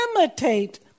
imitate